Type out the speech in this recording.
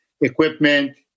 equipment